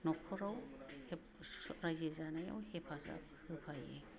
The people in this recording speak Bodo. न'खराव रायजो जानायाव हेफाजाब होफायो